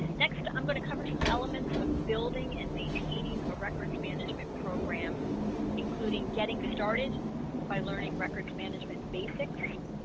next i'm going to cover some elements of building and maintaining a records management program including getting started by learning records management basics,